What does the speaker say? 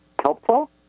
helpful